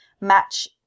match